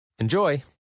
Enjoy